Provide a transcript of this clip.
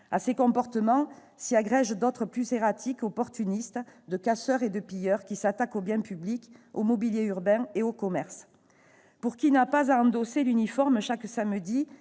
À ces comportements s'y agrègent d'autres plus erratiques, opportunistes, de casseurs et de pilleurs qui s'attaquent au bien public, au mobilier urbain et aux commerces. Pour qui n'a pas à endosser l'uniforme chaque samedi